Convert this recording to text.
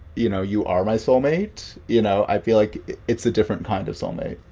you know, you are my soulmate. you know, i feel like it's a different kind of soulmate,